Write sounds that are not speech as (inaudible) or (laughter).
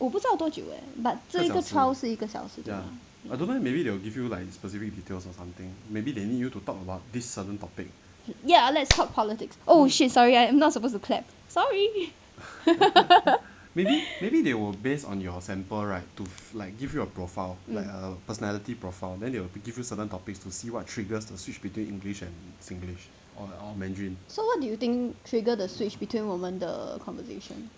我不知道多久 leh but 这一个 trial 是一个小时 ya let's talk politics oh shit sorry I'm not suppose to clap sorry (laughs) so what do you think trigger the switch between 我们的 conversation